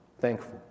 thankful